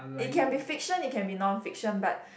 it can be fiction it can be non fiction but